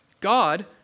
God